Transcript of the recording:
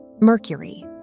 Mercury